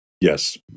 Yes